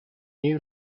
new